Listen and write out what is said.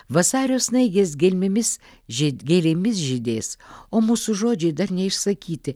vasario snaigės gelmėmis žėd gėlėmis žydės o mūsų žodžiai dar neišsakyti